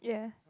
yeah